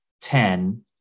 Ten